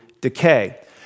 decay